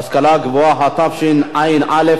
התשע"א 2011,